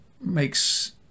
makes